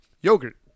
yogurt